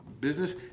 business